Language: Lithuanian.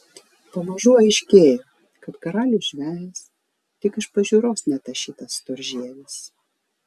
pamažu aiškėjo kad karalius žvejas tik iš pažiūros netašytas storžievis